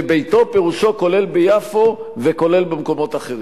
וביתו פירושו כולל ביפו וכולל במקומות אחרים.